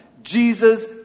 Jesus